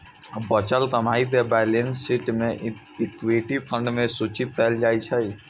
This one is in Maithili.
बचल कमाइ कें बैलेंस शीट मे इक्विटी खंड मे सूचित कैल जाइ छै